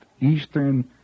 eastern